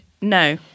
no